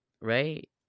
Right